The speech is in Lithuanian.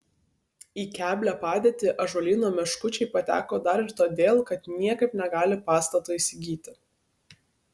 į keblią padėtį ąžuolyno meškučiai pateko dar ir todėl kad niekaip negali pastato įsigyti